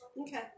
Okay